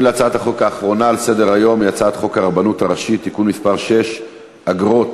כי הצעת חוק לתיקון פקודת הראיות (מס' 16) (עדות קרובים),